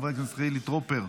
חבר הכנסת חילי טרופר,